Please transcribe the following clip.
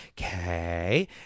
okay